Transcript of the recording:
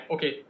Okay